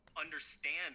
understand